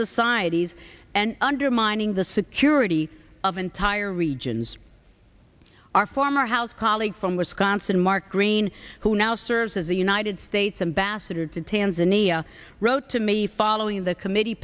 societies and undermining the security of entire regions are former house colleague from wisconsin mark green who now serves as the united states ambassador to tanzania wrote to me following the committee